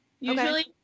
usually